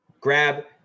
grab